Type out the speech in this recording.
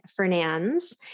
Fernandes